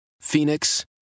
Phoenix